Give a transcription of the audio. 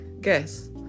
Guess